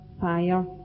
fire